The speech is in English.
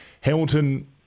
Hamilton